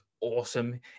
awesome